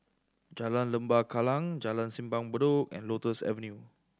Jalan Lembah Kallang Jalan Simpang Bedok and Lotus Avenue